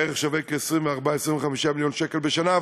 הוא שווה בערך 24,25 מיליון שקלים בשנה,